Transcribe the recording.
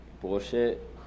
bullshit